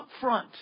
upfront